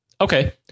Okay